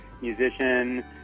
musician